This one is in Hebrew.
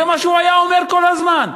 זה מה שהוא אמר כל הזמן.